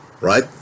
Right